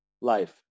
life